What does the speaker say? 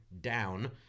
down